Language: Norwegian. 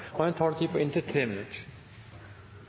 har en taletid på inntil